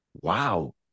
wow